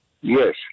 Yes